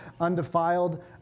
undefiled